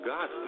God